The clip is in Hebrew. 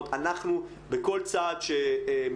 זה לא בגלל שאני חושב שמה שבר סימן טוב עושה זה לא בסדר,